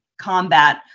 combat